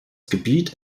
gebiet